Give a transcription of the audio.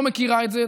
לא מכירה את זה.